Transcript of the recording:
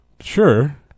Sure